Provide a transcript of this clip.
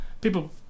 people